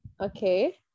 Okay